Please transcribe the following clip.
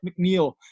McNeil